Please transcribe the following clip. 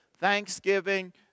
Thanksgiving